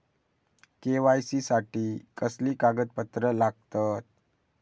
KYC साठी कसली कागदपत्र लागतत?